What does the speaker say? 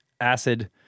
acid